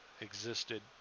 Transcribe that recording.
existed